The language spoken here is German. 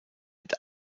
mit